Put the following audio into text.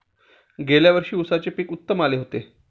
गेल्या वर्षी उसाचे पीक उत्तम आले होते